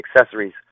accessories